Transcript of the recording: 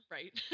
Right